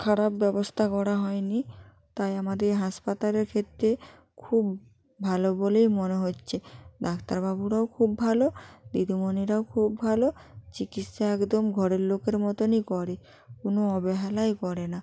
খারাপ ব্যবস্থা করা হয়নি তাই আমাদের হাসপাতালের ক্ষেত্রে খুব ভালো বলেই মনে হচ্ছে ডাক্তারবাবুরাও খুব ভালো দিদিমণিরাও খুব ভালো চিকিৎসা একদম ঘরের লোকের মতনই করে কোনো অবহেলাই করে না